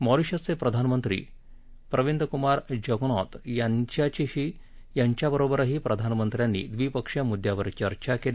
मॉरिशसचे प्रधानमंत्री प्रविन्द कुमार जगनॉथ यांच्याशीही प्रधानमंत्र्यांनी द्विपशीय मुद्यावर चर्चा केली